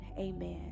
Amen